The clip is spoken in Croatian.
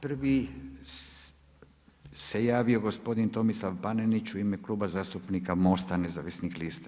Prvi se javio gospodin Tomislav Panenić u ime Kluba zastupnika MOST-a nezavisnih lista.